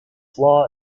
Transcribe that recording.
flaw